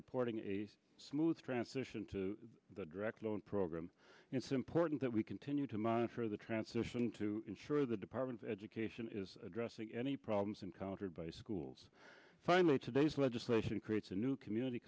reporting a smooth transition to the direct loan program and it's important that we continue to monitor the transition to ensure the department of education is addressing any problems encountered by schools finally today's legislation creates a new community